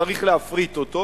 צריך להפריט אותו.